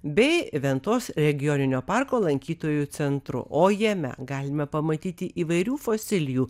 bei ventos regioninio parko lankytojų centru o jame galime pamatyti įvairių fosilijų